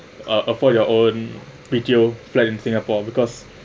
uh for your own retail plug in singapore because